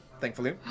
thankfully